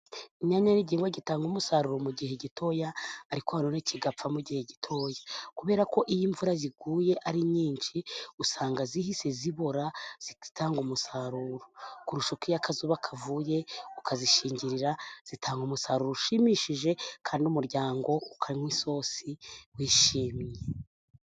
Inyanya y’igihingwa gitanga umusaruro mu gihe gitoya, ariko nanone kigapfa mu gihe gitoya kubera ko, iyo imvura iguye ari nyinshi, usanga zihise zibora ntizitange umusaruro, kurusha uko, iyo akazuba kavuye ukazishingira, zitanga umusaruro ushimishije kandi umuryango ukanywa isosi wishimye.